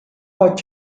پاک